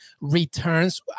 returns